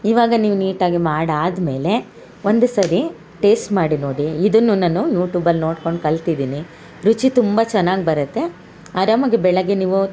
ಇವಾಗ ನೀವು ನೀಟಾಗಿ ಮಾಡಾದ ಮೇಲೆ ಒಂದು ಸರಿ ಟೇಸ್ಟ್ ಮಾಡಿ ನೋಡಿ ಇದನ್ನು ನಾನು ಯೂಟೂಬಲ್ಲಿ ನೋಡ್ಕೊಂಡು ಕಲ್ತಿದ್ದೀನಿ ರುಚಿ ತುಂಬ ಚೆನ್ನಾಗಿ ಬರುತ್ತೆ ಅರಾಮಾಗಿ ಬೆಳಗ್ಗೆ ನೀವು